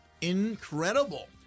Incredible